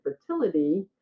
fertility